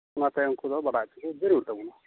ᱚᱱᱟᱛᱮ ᱩᱱᱠᱩ ᱫᱚ ᱵᱟᱲᱟᱭ ᱦᱚᱪᱚ ᱫᱚ ᱡᱟᱹᱨᱩᱲ ᱛᱟᱵᱚᱱᱟ